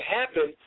happen